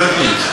לא שומעים.